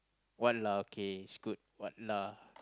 what lah okay it's good what lah